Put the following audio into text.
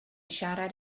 siarad